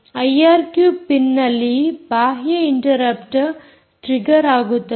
IRQ ಪಿನ್ನಲ್ಲಿ ಬಾಹ್ಯ interrupt trigger ಆಗುತ್ತದೆ